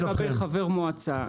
עלו פה לגבי חבר מועצה,